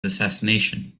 assassination